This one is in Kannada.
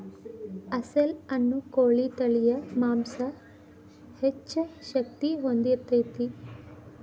ಅಸೇಲ ಅನ್ನು ಕೋಳಿ ತಳಿಯ ಮಾಂಸಾ ಹೆಚ್ಚ ಶಕ್ತಿ ಹೊಂದಿರತತಿ